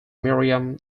miriam